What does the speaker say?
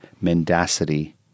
mendacity